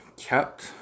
Kept